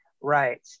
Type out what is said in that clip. right